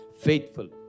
Faithful